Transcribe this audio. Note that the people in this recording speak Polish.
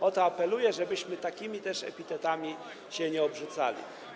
O to apeluję, żebyśmy takimi też epitetami się nie obrzucali.